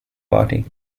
party